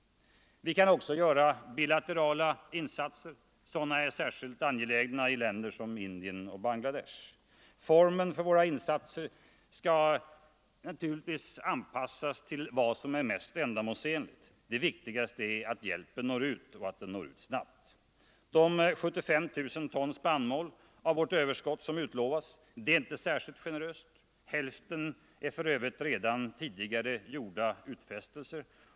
Vi kan också göra bilaterala insatser. Sådana är särskilt angelägna i länder som Indien och Bangladesh. Formen för våra insatser skall naturligtvis anpassas till vad som är mest ändamålsenligt. Det viktigaste är att hjälpen når ut och att den gör det snabbt. 75 000 ton spannmål av vårt överskott har utlovats. Det är inte särskilt generöst. Hälften svarar för övrigt mot redan tidigare gjorda utfästelser.